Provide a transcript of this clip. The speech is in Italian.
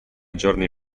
giorni